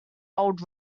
old